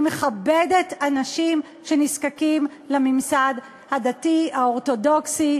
אני מכבדת אנשים שנזקקים לממסד הדתי האורתודוקסי,